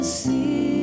see